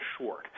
short